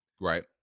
right